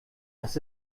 was